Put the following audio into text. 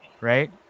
right